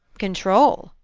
control?